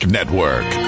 Network